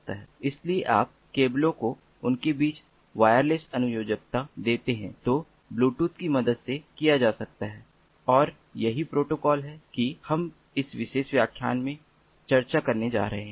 इसलिए आप केबलो को उनके बीच वायरलेस अनुयोजकता देते हैं जो ब्लूटूथ की मदद से किया जा सकता है और यही प्रोटोकॉल है कि हम इस विशेष व्याख्यान में चर्चा करने जा रहे हैं